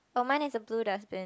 oh mine is the blue dustbin